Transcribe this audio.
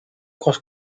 cross